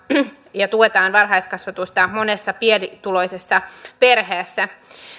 ja tuetaan varhaiskasvatusta monessa pienituloisessa perheessä